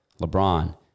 LeBron